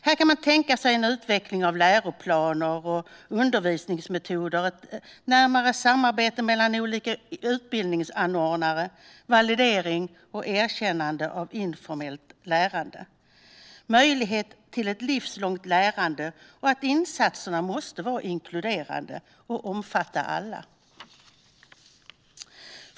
Här kan man tänka sig en utveckling av läroplaner och undervisningsmetoder, ett närmare samarbete mellan olika utbildningsanordnare, validering och erkännande av informellt lärande. Möjligheterna till ett livslångt lärande, och insatserna, måste vara inkluderande och omfatta alla.